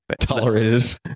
tolerated